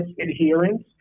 adherence